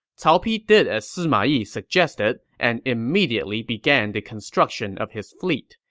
cao pi did as sima yi suggested and immediately began the construction of his fleet.